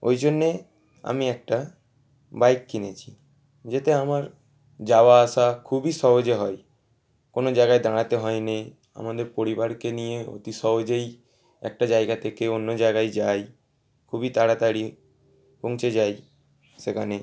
ওই জন্যে আমি একটা বাইক কিনেছি যাতে আমার যাওয়া আসা খুবই সহজে হয় কোনও জায়গায় দাঁড়াতে হয় নে আমাদের পরিবারকে নিয়ে অতি সহজেই একটা জায়গা থেকে অন্য জায়গায় যাই খুবই তাড়াতাড়ি পৌঁছে যাই সেখানে